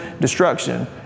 destruction